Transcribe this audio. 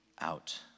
out